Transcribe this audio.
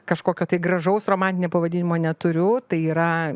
kažkokio tai gražaus romantinio pavadinimo neturiu tai yra